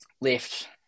left